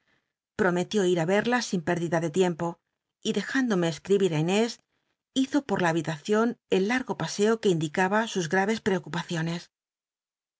prometió ir á verlas sin pétdida ele tiempo y dejándome escribir á inés hizo pot la habitacion el largo paseo que indicaba sus graves ptcocupaciones